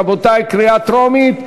רבותי, קריאה טרומית.